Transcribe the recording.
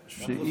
תגיד,